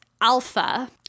alpha